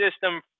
system